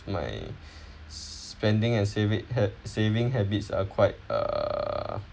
my spending and save it had saving habits are quite err